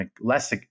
less